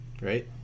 right